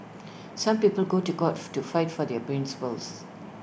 some people go to court to fight for their principles